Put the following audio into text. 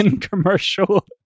commercial